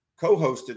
co-hosted